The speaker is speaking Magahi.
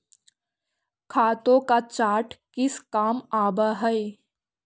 खातों का चार्ट किस काम आवअ हई